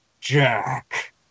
Jack